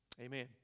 amen